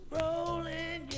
rolling